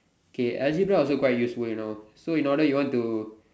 okay algebra also quite useful you know so in order you want to